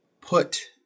put